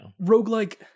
roguelike